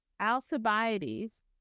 Alcibiades